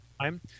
time